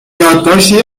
یادداشتی